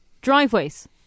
driveways